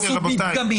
תעשו מדגמית.